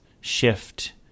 shift